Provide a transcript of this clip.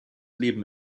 leben